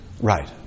Right